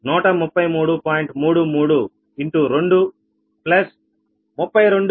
33 K1 0